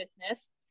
business